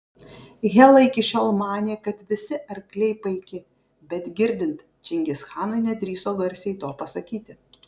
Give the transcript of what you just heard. hela iki šiol manė kad visi arkliai paiki bet girdint čingischanui nedrįso garsiai to pasakyti